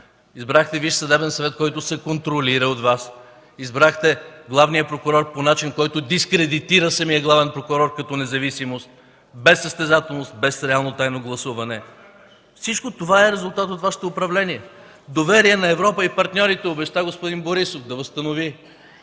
Избрахте Висш съдебен съвет, който се контролира от Вас. Избрахте главния прокурор по начин, който дискредитира самия главен прокурор като независим – без състезателност, без реално тайно гласуване. Всичко това е резултат от Вашето управление! Да възстанови доверието на Европа и партньорите обеща господин Борисов. Ами